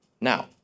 now